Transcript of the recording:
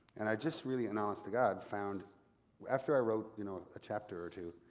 and i just really, and honest to god, found after i wrote you know a chapter or two,